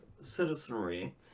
citizenry